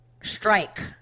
Strike